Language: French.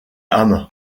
âme